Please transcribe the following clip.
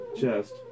chest